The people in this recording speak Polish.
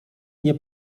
nie